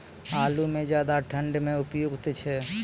आलू म ज्यादा ठंड म उपयुक्त छै?